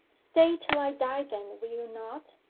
stay till i die then, will you not?